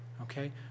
Okay